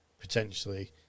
potentially